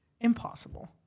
Impossible